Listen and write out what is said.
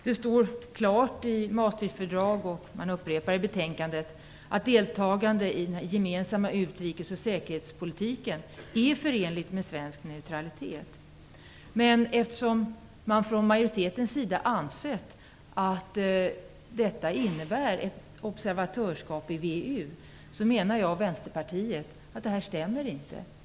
Det står klart i Maastrichtfördraget - och man upprepar det i betänkandet - att deltagande i den gemensamma utrikes och säkerhetspolitiken är förenligt med svensk neutralitet. Men majoriteten har också ansett att detta innebär ett observatörskap i VEU. Jag och Vänsterpartiet menar att detta inte stämmer.